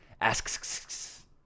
Asks